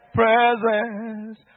presence